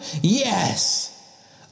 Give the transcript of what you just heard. Yes